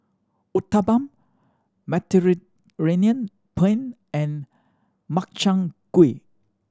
Uthapam Mediterranean Penne and Makchang Gui